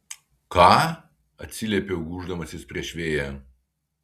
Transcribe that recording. ką atsiliepiau gūždamasis prieš vėją